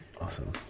Awesome